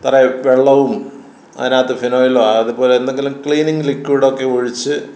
തറയില് വെളളവും അതിനകത്ത് ഫിനോയിലോ അതുപോലെ എന്തെങ്കിലും ക്ലീനിങ്ങ് ലിക്വിഡൊക്കെ ഒഴിച്ച്